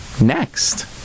next